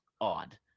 odd